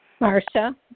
Marsha